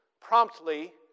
promptly